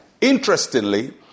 Interestingly